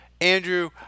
Andrew